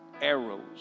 arrows